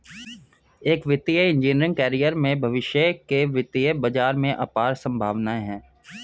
एक वित्तीय engineering career में भविष्य के वित्तीय बाजार में अपार संभावनाएं हैं